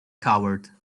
coward